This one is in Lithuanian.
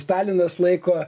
stalinas laiko